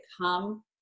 come